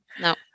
No